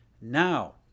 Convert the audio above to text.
now